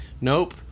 Nope